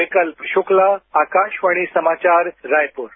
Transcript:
विकल्प शुक्ला आकाशवाणी समाचार रायपुर